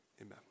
amen